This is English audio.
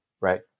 right